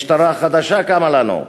משטרה חדשה קמה לנו,